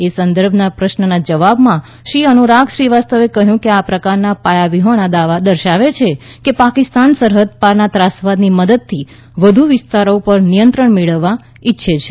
એ સંદર્ભના પ્રશ્નના જવાબમાં શ્રી અનુરાગ શ્રીવાસ્તવે કહ્યું કે આ પ્રકારના પાયાવિહોણા દાવા દર્શાવે છે કે પાકિસ્તાન સરહદ પારના ત્રાસવાદની મદદથી વધુ વિસ્તારો ઉપર નિયંત્રણ મેળવવા ઈચ્છે છે